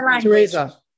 Teresa